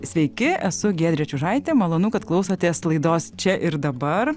sveiki esu giedrė čiužaitė malonu kad klausotės laidos čia ir dabar